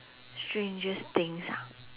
strangest things ah